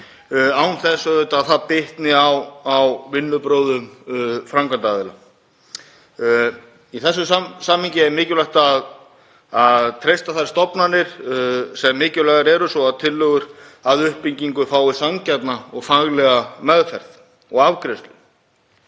auðvitað að það bitni á vinnubrögðum framkvæmdaraðila. Í þessu samhengi er mikilvægt að treysta þær stofnanir sem mikilvægar eru svo tillögur að uppbyggingu fái sanngjarna og faglega meðferð og afgreiðslu.